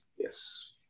Yes